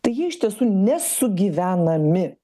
tai jie iš tiesų nesugyvenami